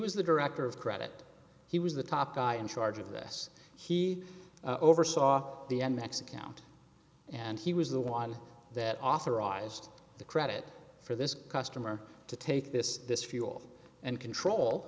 was the director of credit he was the top guy in charge of this he oversaw the m x account and he was the one that authorized the credit for this customer to take this this fuel and control